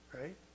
right